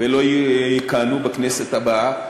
ולא יכהנו בכנסת הבאה,